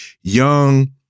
young